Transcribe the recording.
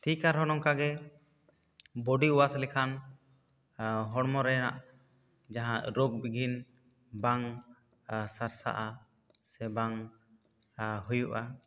ᱴᱷᱤᱠ ᱟᱨ ᱦᱚᱸ ᱱᱚᱝᱠᱟ ᱜᱮ ᱵᱚᱰᱤ ᱣᱟᱥ ᱞᱮᱠᱷᱟᱱ ᱦᱚᱲᱢᱚ ᱨᱮᱱᱟᱜ ᱡᱟᱦᱟᱸ ᱨᱳᱜᱽ ᱵᱤᱜᱷᱤᱱ ᱵᱟᱝ ᱥᱟᱨᱥᱟᱜᱼᱟ ᱥᱮ ᱵᱟᱝ ᱦᱩᱭᱩᱜᱼᱟ